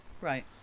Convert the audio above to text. Right